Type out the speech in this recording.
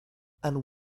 and